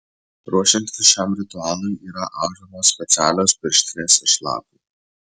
ruošiantis šiam ritualui yra audžiamos specialios pirštinės iš lapų